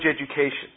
education